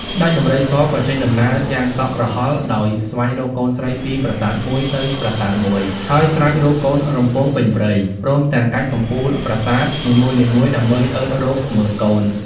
ស្តេចដំរីសក៏ចេញដំណើរយ៉ាងតក់ក្រហល់ដោយស្វែងរកកូនស្រីពីប្រាសាទមួយ ទៅប្រាសាទមួយ ហើយស្រែកហៅកូនរំពងពេញព្រៃ ព្រមទាំងកាច់កំពូលប្រាសាទ នីមួយៗដើម្បីអើតរកមើលកូន ។